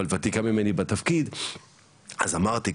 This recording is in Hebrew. אבל וותיקה ממני בתפקיד אז אמרתי,